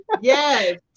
Yes